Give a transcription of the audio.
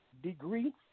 degree